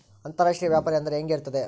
ಅಂತರಾಷ್ಟ್ರೇಯ ವ್ಯಾಪಾರ ಅಂದರೆ ಹೆಂಗೆ ಇರುತ್ತದೆ?